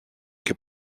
και